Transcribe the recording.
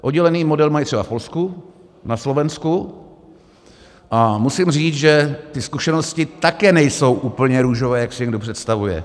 Oddělený model mají třeba v Polsku, na Slovensku a musím říct, že ty zkušenosti také nejsou úplně růžové, jak si někdo představuje.